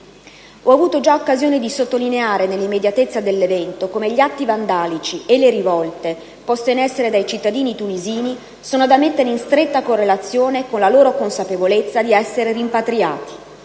Ho avuto già occasione di sottolineare, nell'immediatezza dell'evento, come gli atti vandalici e le rivolte poste in essere dai cittadini tunisini siano da mettere in stretta correlazione con la loro consapevolezza di essere rimpatriati.